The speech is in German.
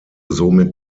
somit